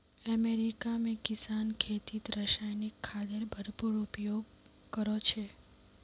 America में किसान खेतीत रासायनिक खादेर भरपूर उपयोग करो छे